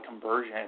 conversion